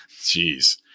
Jeez